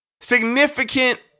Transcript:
significant